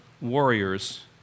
Warriors